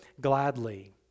gladly